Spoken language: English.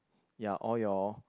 ya all your